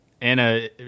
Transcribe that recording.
Anna